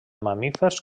mamífers